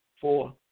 four